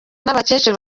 n’abakecuru